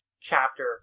chapter